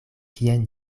kien